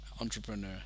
entrepreneur